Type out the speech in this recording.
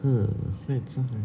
uh f~ south africa